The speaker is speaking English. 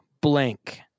blank